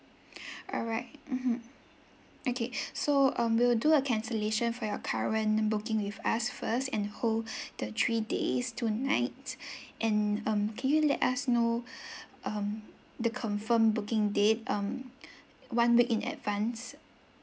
alright mmhmm okay so um we'll do a cancellation for your current booking with us first and hold the three days two nights and um can you let us know um the confirmed booking date um one week in advance